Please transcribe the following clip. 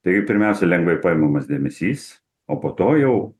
tai pirmiausia lengvai paimamas dėmesys o po to jau